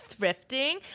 thrifting